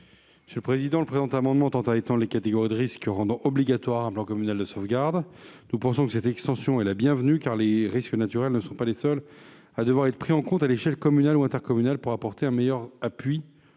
commission ? Le présent amendement tend à étendre les catégories de risques rendant obligatoire un plan communal de sauvegarde. Nous pensons que cette extension est la bienvenue, car les risques naturels ne sont pas les seuls à devoir être pris en compte à l'échelle communale ou intercommunale pour apporter un meilleur appui